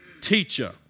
teacher